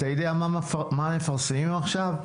אתה יודע מה מפרסמים עכשיו?